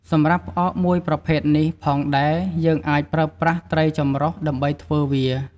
សម្រាប់់ផ្អកមួយប្រភេទនេះផងដែរ យើងអាចប្រើប្រាស់ត្រីចម្រុះដើម្បីធ្វើវា។